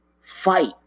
fight